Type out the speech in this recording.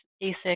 basic